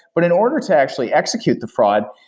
but in order to actually execute the fraud,